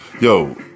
Yo